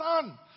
son